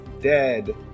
Dead